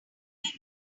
read